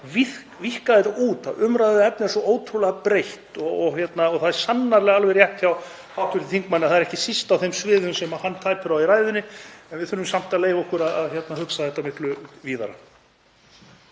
víkka þetta út. Umræðuefnið er svo ótrúlega breitt og það er sannarlega alveg rétt hjá hv. þingmanni að það er ekki síst á þeim sviðum sem hann tæpir á í ræðunni. En við þurfum samt að leyfa okkur að hugsa þetta miklu víðara.